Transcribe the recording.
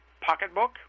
pocketbook